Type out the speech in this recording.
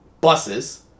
buses